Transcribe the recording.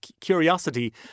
curiosity